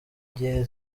igihe